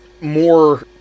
More